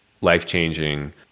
life-changing